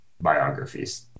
biographies